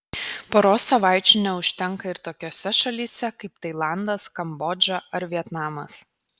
poros savaičių neužtenka ir tokiose šalyse kaip tailandas kambodža ar vietnamas